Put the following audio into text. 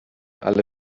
alle